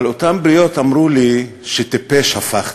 אבל אותן בריות אמרו לי שטיפש הפכתי.